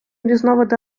різновиди